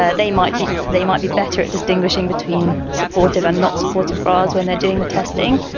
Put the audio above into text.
ah they might be they might be better at distinguishing between supportive and not supportive bras when they're doing the testing.